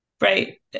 right